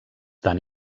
tan